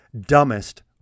dumbest